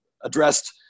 addressed